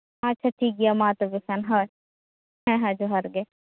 ᱟᱪᱪᱷᱟ ᱴᱷᱤᱠ ᱜᱮᱭᱟ ᱢᱟ ᱛᱚᱵᱮ ᱠᱷᱟᱱ ᱦᱳᱭ ᱦᱮᱸ ᱦᱮᱸ ᱡᱚᱦᱟᱸᱨ ᱜᱮ